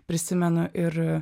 prisimenu ir